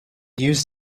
used